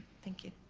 thank you.